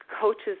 coaches